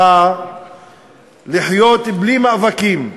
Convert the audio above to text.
לחיות בלי מאבקים,